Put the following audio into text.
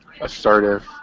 assertive